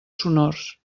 sonors